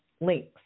links